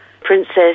princess